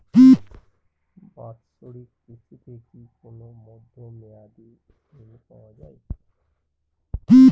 বাৎসরিক কিস্তিতে কি কোন মধ্যমেয়াদি ঋণ পাওয়া যায়?